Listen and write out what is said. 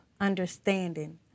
understanding